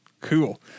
cool